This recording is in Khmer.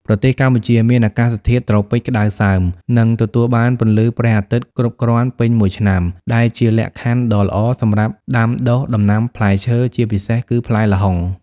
ប្រទេសកម្ពុជាមានអាកាសធាតុត្រូពិចក្តៅសើម និងទទួលបានពន្លឺព្រះអាទិត្យគ្រប់គ្រាន់ពេញមួយឆ្នាំ ដែលជាលក្ខខណ្ឌដ៏ល្អសម្រាប់ដាំដុះដំណាំផ្លែឈើ ជាពិសេសគឺផ្លែល្ហុង។